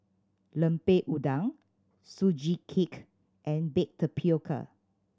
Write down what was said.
Lemper Udang Sugee Cake and baked tapioca